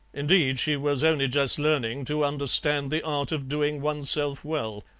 indeed, she was only just learning to understand the art of doing oneself well.